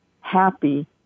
happy